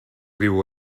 riu